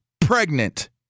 pregnant